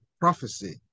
prophecy